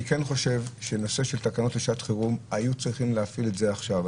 אני כן חושב שנושא של תקנות לשעת חירום היו צריכים להפעיל את זה עכשיו.